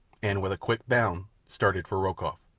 and with a quick bound started for rokoff.